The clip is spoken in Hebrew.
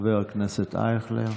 בבקשה, חבר הכנסת אייכלר.